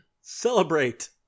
Celebrate